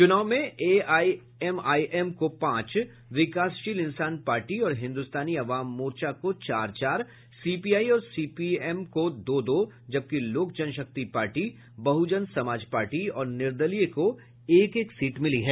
चुनाव में एआईएमआईएम को पांच विकासशील इंसान पार्टी और हिन्दुस्तानी आवाम मोर्चा को चार चार सीपीआई और सीपीएम को दो दो जबकि लोक जनशक्ति पार्टी बहुजन समाज पार्टी और निर्दलीय को एक एक सीट मिली है